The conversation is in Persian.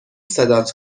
صدات